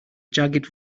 jagged